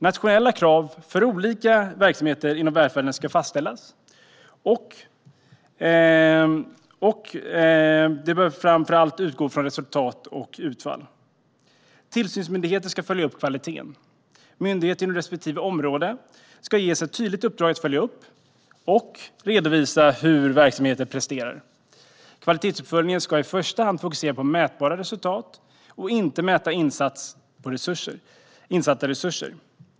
Nationella kvalitetskrav för olika verksamheter inom välfärden ska fastställas, och de bör framför allt utgå från resultat och utfall. Tillsynsmyndigheter ska följa upp kvaliteten. Myndigheter inom respektive område ska ges ett tydligt uppdrag att följa upp och redovisa hur verksamheten presterar. Kvalitetsuppföljningen ska i första hand fokusera på mätbara resultat och inte på att mäta insatta resurser.